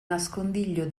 nascondiglio